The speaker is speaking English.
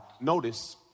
Notice